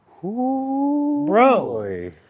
Bro